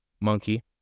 Monkey